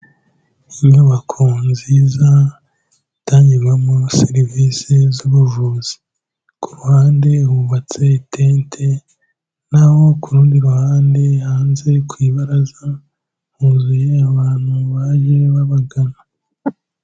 Inyubako nziza itangirwamo serivisi z'ubuvuzi, ku ruhande hubatse itente, naho ku rundi ruhande hanze ku ibaraza huzuye abantu baje babagana.